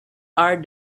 are